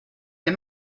les